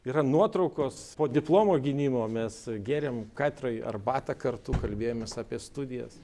yra nuotraukos po diplomo gynimo mes gėrėm katedroj arbatą kartu kalbėjomės apie studijas